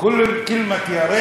המילה "הלוואי"